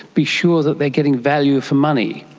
be sure that they're getting value for money,